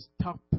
stop